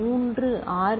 693 R